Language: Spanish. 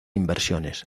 inversiones